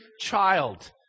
child